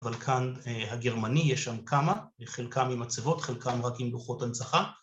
‫אבל כאן הגרמני יש שם כמה, ‫חלקם עם מצבות, ‫חלקם רק עם דוחות הנצחה.